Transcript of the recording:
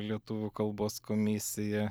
lietuvių kalbos komisija